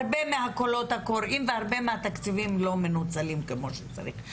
הרבה מהקולות הקוראים והרבה מהתקציבים לא מנוצלים כמו שצריך.